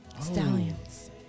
Stallions